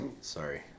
Sorry